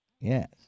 Yes